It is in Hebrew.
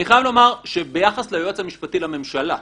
ביחס ליועץ המשפטי לממשלה,